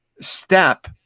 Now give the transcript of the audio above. step